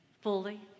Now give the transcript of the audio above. fully